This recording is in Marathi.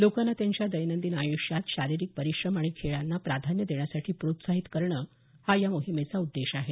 लोकांना त्यांच्या दैनंदिन आयुष्यात शारिरीक परिश्रम आणि खेळांना प्राधान्य देण्यासाठी प्रोत्साहित करणं हा या मोहिमेचा उद्देश आहे